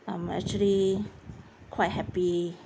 I'm actually quite happy